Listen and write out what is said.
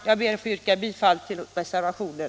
Jag ber att få yrka bifall till reservationen.